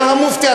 היה המופתי.